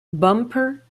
bumper